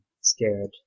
scared